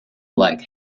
like